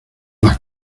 las